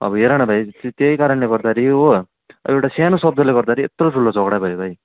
अब हेरन भाइ त्यही कारणले गर्दाखेरि हो अब एउटा सानो शब्दले गर्दाखेरि यत्रो ठुलो झगडा भयो भाइ